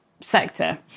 sector